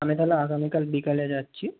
আমি তাহলে আগামীকাল বিকেলে যাচ্ছি